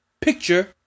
picture